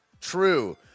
true